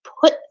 put